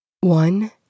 One